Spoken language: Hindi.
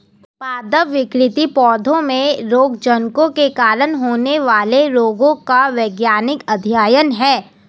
पादप विकृति पौधों में रोगजनकों के कारण होने वाले रोगों का वैज्ञानिक अध्ययन है